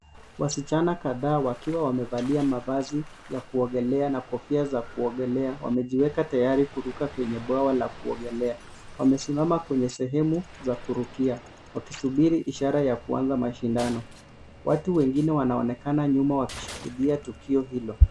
Wasichana kadhaa wakiwa wamevalia mavazi ya kuogelea na kofia za kuogelea, wamejiweka tayari kuruka kwenye bwawa la kuogelea. Wamesimama kwenye sehemu za kurukia wakisubiri ishara ya kuanza mashindano. Watu wengine wanaonekana nyuma wakishuhudia tukio hilo.